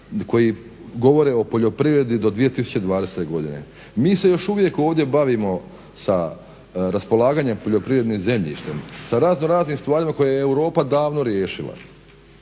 koji govore o poljoprivredi do 2020. godine. Mi se još uvijek ovdje bavimo sa raspolaganjem poljoprivrednim zemljištem, sa razno raznim stvarima koje je Europa davno riješila.